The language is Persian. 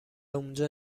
اونجا